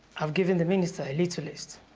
i've given the minister a little list.